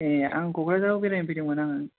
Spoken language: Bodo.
ए आं क'क्राझाराव बेरायनो फैदोंमोन आङो